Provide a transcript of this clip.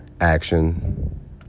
action